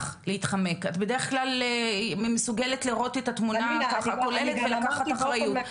כלל מסוגלת לראות את התמונה הכוללת ולקחת אחריות.